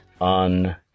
on